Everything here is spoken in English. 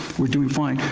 we're doing fine.